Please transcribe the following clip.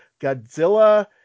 Godzilla